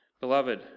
Beloved